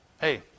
hey